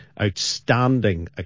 outstanding